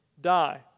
die